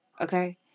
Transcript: Okay